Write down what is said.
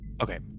Okay